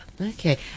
okay